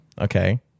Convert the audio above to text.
Okay